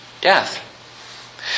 death